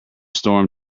storm